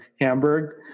Hamburg